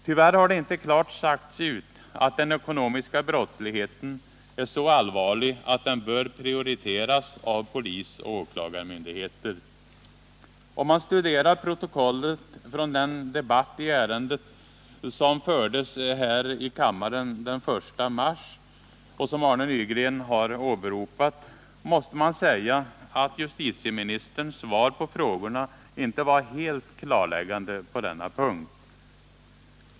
Tyvärr har det inte klart sagts ut att den ekonomiska brottsligheten är så allvarlig att den bör prioriteras av polis och åklagarmyndigheter. Om man studerar protokollet från den debatt i ärendet som fördes här i kammaren den 1 mars och som Arne Nygren har åberopat, måste man säga att justitieministerns svar på frågorna inte var helt klarläggande på denna punkt.